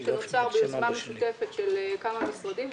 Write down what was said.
שנוצר ביוזמה משותפת של כמה משרדים.